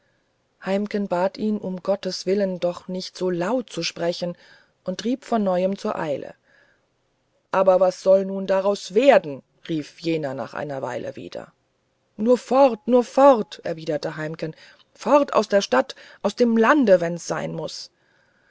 heimken bat ihn um gottes willen doch nicht so laut zu sprechen und trieb von neuem zur eile aber was soll nun daraus werden fragte jener nach einer weile wieder nur fort nur fort entgegnete heimken fort aus der stadt aus dem lande wenn's sein muß